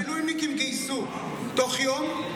את המילואימניקים גייסו תוך יום.